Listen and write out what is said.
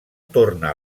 torna